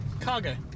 Cargo